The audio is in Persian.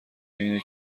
اینه